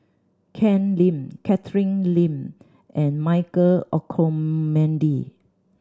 Ken Lim Catherine Lim and Michael Olcomendy